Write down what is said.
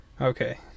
Okay